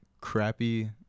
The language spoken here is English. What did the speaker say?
crappy